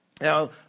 Now